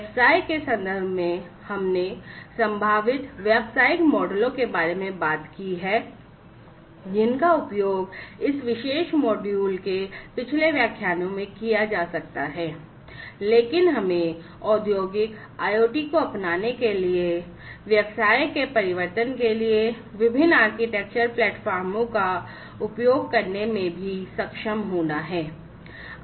व्यवसाय के संदर्भ में हमने संभावित व्यावसायिक मॉडलों के बारे में बात की है जिनका उपयोग इस विशेष मॉड्यूल के पिछले व्याख्यानों में किया गया है लेकिन हमें औद्योगिक IoT को अपनाने के लिए व्यवसाय के परिवर्तन के लिए विभिन्न आर्किटेक्चर प्लेटफार्मों का उपयोग करने में भी सक्षम होना चाहिए